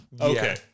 Okay